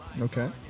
Okay